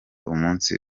umunsi